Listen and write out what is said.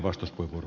arvoisa puhemies